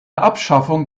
abschaffung